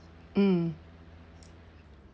mm